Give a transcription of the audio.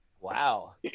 Wow